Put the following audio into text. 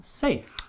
safe